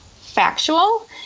factual